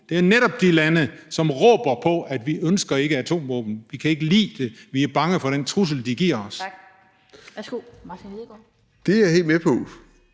Det er netop de lande, som råber på, at de ikke ønsker atomvåben, de kan ikke lide det, de er bange for den trussel, de giver.